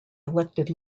elected